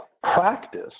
practice